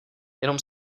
jenom